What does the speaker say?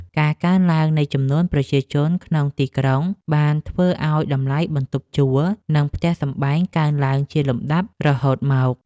ការកើនឡើងនៃចំនួនប្រជាជនក្នុងទីក្រុងបានធ្វើឱ្យតម្លៃបន្ទប់ជួល និងផ្ទះសម្បែងកើនឡើងជាលំដាប់រហូតមក។